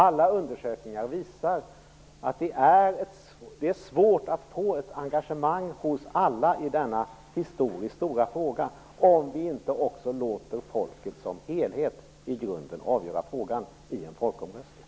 Alla undersökningar visar att det är svårt att få ett engagemang hos alla i denna historiskt sett stora fråga, om vi inte låter folket som helhet i grunden avgöra den vid en folkomröstning.